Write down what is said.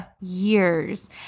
years